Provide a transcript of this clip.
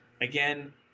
Again